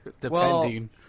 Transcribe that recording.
depending